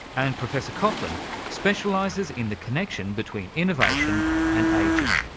and professor coughlin specialises in the connection between innovation and ageing.